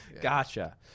Gotcha